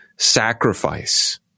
Sacrifice